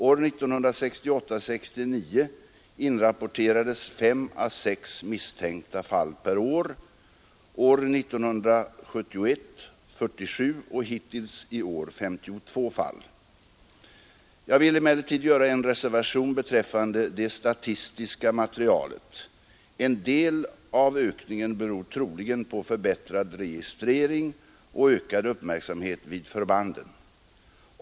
Åren 1968—1969 inrapporterades 5 å 6 misstänkta fall per år, år 1971 47 och hittills i år 52 fall. Jag vill emellertid göra en reservation beträffande det statistiska materialet. En del av ökningen beror troligen på förbättrad registrering och ökad uppmärksamhet vid förbanden.